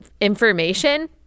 information